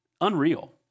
unreal